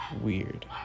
weird